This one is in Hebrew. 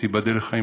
שתיבדל לחיים,